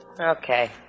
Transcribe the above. Okay